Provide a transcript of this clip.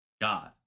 god